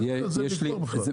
אין על זה ויכוח בכלל.